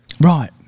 Right